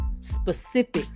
specific